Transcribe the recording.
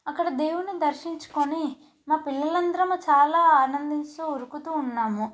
అక్కడ దేవుడిని దర్శించుకొని మా పిల్లలం అందరము చాలా ఆనందిస్తూ ఉరుకుతూ ఉన్నాము